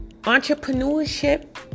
entrepreneurship